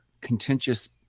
contentious